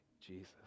Jesus